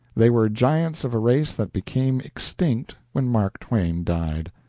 they were giants of a race that became extinct when mark twain died.